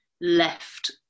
left